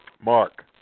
Mark